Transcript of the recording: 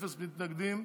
אפס מתנגדים.